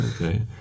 Okay